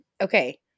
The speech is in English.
Okay